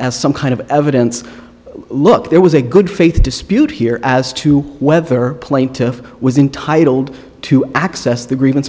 as some kind of evidence look there was a good faith dispute here as to whether plaintiff was intitled to access the grievance